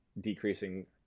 decreasing